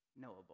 knowable